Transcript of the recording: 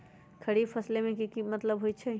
खरीफ फसल के की मतलब होइ छइ?